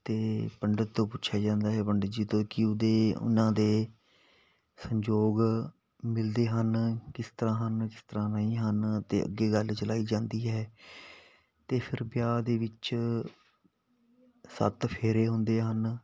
ਅਤੇ ਪੰਡਿਤ ਤੋਂ ਪੁੱਛਿਆ ਜਾਂਦਾ ਹੈ ਪੰਡਿਤ ਜੀ ਤੋਂ ਕਿ ਉਹਦੇ ਉਨ੍ਹਾਂ ਦੇ ਸੰਯੋਗ ਮਿਲਦੇ ਹਨ ਕਿਸ ਤਰ੍ਹਾਂ ਹਨ ਕਿਸ ਤਰ੍ਹਾਂ ਨਹੀਂ ਹਨ ਅਤੇ ਅੱਗੇ ਗੱਲ ਚਲਾਈ ਜਾਂਦੀ ਹੈ ਅਤੇ ਫਿਰ ਵਿਆਹ ਦੇ ਵਿੱਚ ਸੱਤ ਫੇਰੇ ਹੁੰਦੇ ਹਨ